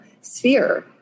sphere